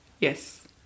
Yes